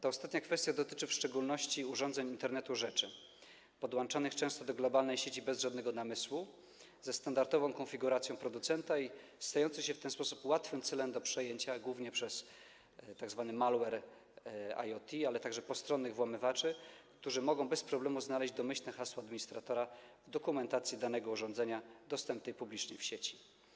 Ta ostatnia kwestia dotyczy w szczególności urządzeń Internetu rzeczy podłączanych często do globalnej sieci bez żadnego namysłu, ze standardową konfiguracją producenta, stających się w ten sposób łatwym celem do przejęcia głównie przez tzw. malware loT, ale także postronnych włamywaczy, którzy mogą bez problemu znaleźć domyślne hasło administratora w dokumentacji danego urządzenia dostępnej publicznie w sieci.